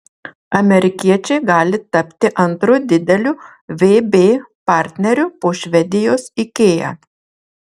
amerikiečiai gali tapti antru dideliu vb partneriu po švedijos ikea